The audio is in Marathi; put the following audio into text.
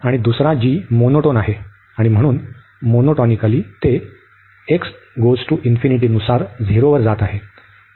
आणि दुसरा g मोनोटोन आहे आणि म्हणून मोनोटॉनिकली ते नुसार झिरो वर जात आहे